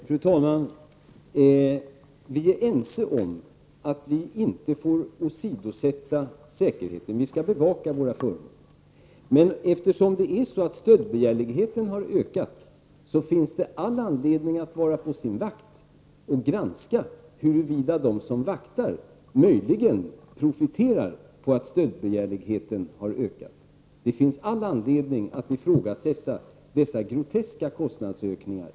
Fru talman! Vi är ense om att säkerheten inte får åsidosättas och att dessa föremål skall bevakas, men eftersom stöldbegärligheten har ökat finns det all anledning att vara på sin vakt och granska huruvida de som vaktar möjligen profiterar på att stöldbegärligheten har ökat. Det finns all anledning att ifrågasätta dessa groteska kostnadsökningar.